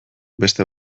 beste